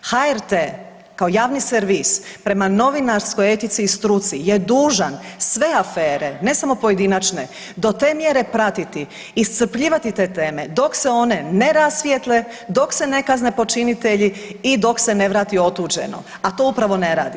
HRT kao javni servis prema novinarskoj etici i struci je dužan sve afere, ne samo pojedinačne do te mjere pratiti, iscrpljivati te teme dok se one rasvijetle, dok se ne kazne počinitelji i dok se ne vrati otuđeno, a to upravo ne radi.